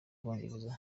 bwongereza